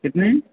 کتنے